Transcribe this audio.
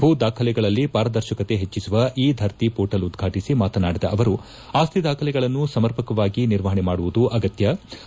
ಭೂ ದಾಖಲೆಗಳಲ್ಲಿ ಪಾರದರ್ಶಕತೆ ಹೆಚ್ಚಿಸುವ ಇ ದರ್ತಿ ಪೋರ್ಟಲ್ ಉದ್ಘಾಟಿಸಿ ಮಾತನಾದಿದ ಅವರು ಆಸ್ತಿ ದಾಖಲೆಗಳನ್ನು ಸಮರ್ಪಕವಾಗಿ ನಿರ್ವಹಣೆಮಾಡುವುದು ಅಗತ್ಯವಾಗಿದೆ